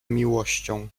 miłością